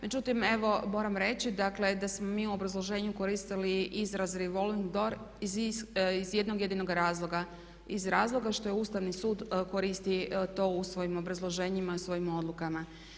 Međutim, evo moram reći, dakle da smo mi u obrazloženju koristili revolving door iz jednog jedinog razloga, iz razloga što je Ustavni sud koristi to u svojim obrazloženjima, u svojim odlukama.